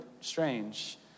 strange